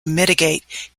mitigate